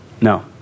No